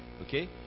Okay